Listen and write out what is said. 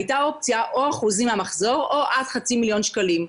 הייתה אופציה או אחוזים מהמחזור או עד חצי מיליון שקלים.